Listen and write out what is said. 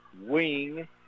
wing